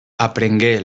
aprengué